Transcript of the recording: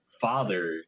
father